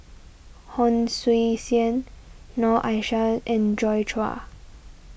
Hon Sui Sen Noor Aishah and Joi Chua